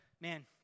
man